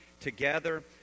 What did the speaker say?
together